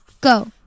Go